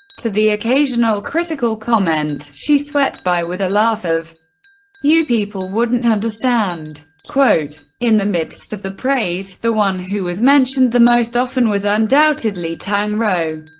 to the occasional critical comment, she swept by with a laugh of you people wouldn't understand. in the midst of the praise, the one who was mentioned the most often was undoubtedly tang rou.